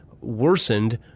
worsened